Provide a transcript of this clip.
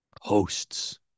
Hosts